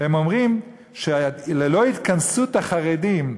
הם אומרים שללא התכנסות החרדים,